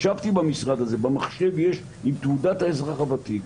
ישבתי במשרד הזה, במחשב יש את עודת האזרח הוותיק.